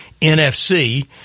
NFC